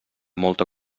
molta